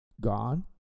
gone